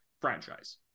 franchise